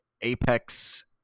Apex